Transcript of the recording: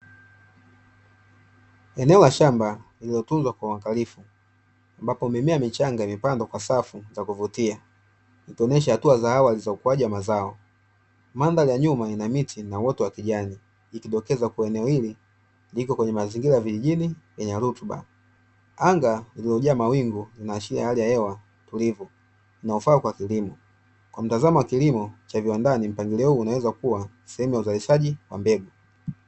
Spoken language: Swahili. Eneo la shamba lilotunzwa kwa uanglifu ambapo mimea michanga imepandwa kwa safu za kuvutia ikionyesha hatua za awali za ukuaji wa mazao. Mandhari ya nyuma ina miti na uoto wa kijani ikidokeza kuwa eneo hili liko kwenye mazingira ya vijijini yenye rutuba. Anga lililojaa mawingu linaashiria hali ya hewa tulivu inayofaa kwa kilimo, kwa mtazamo wa kilimo cha viwandani mpangilio huu unaweza kuwa sehemu ya uzalishaji wa mbegu.